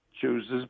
chooses